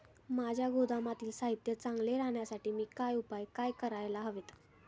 माझ्या गोदामातील साहित्य चांगले राहण्यासाठी मी काय उपाय काय करायला हवेत?